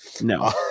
No